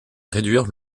réduire